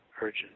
urgent